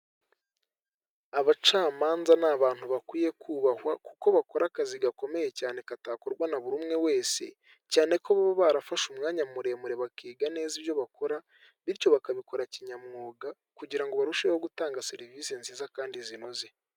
Abacamanza ni abantu bakwiye kubahwa, kuko bakora akazi gakomeye cyane katakorwa na buri umwe wese; cyane ko baba barafashe umwanya muremure bakiga neza ibyo bakora, bityo bakabikora kinyamwuga kugira ngo barusheho gutanga serivisi nziza kandi zinoze.